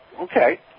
Okay